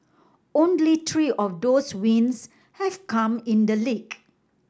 only tree of those wins have come in the leek